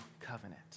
covenant